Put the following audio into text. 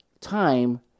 time